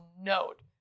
note